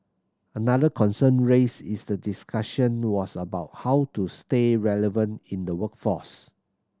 another concern raised in the discussion was about how to stay relevant in the workforce